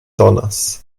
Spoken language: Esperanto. donas